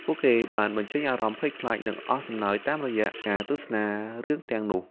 ពួកគេបានបញ្ចេញអារម្មណ៍ភ័យខ្លាចនិងអស់សំណើចតាមរយៈការទស្សនារឿងទាំងនោះ។